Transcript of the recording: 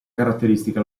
caratteristica